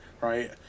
right